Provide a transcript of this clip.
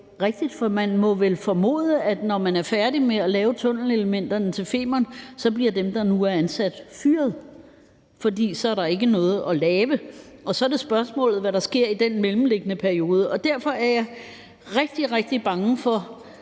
for man må vel formode, at når man er færdig med at lave tunnelelementerne til Femernforbindelsen, bliver dem, der nu er ansat, fyret, for så er der ikke noget at lave. Og så er det spørgsmålet, hvad der sker i den mellemliggende periode. Derfor er jeg rigtig, rigtig bange for